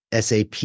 SAP